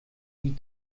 die